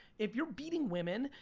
if you're beating women,